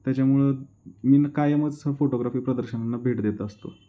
त्याच्यामुळं मी नं कायमच फोटोग्राफी प्रदर्शनांना भेट देत असतो